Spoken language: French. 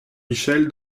michel